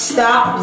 Stop